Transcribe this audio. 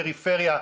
בפריפריה,